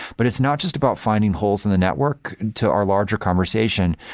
but it's not just about finding holes in the network to our larger conversation.